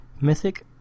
Mythic